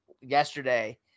yesterday